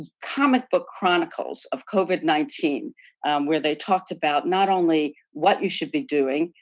comic book chronicles of covid nineteen where they talked about not only what you should be doing,